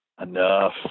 Enough